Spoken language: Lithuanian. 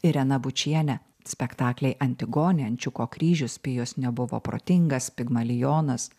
irena bučiene spektakliai antigonė ančiuko kryžius pijus nebuvo protingas pigmalionas